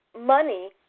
money